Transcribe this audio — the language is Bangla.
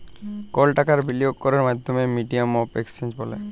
কল টাকার বিলিয়গ ক্যরের মাধ্যমকে মিডিয়াম অফ এক্সচেঞ্জ ব্যলে